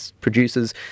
producers